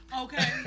Okay